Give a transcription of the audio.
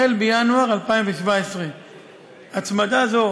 החל בינואר 2017. הצמדה זו,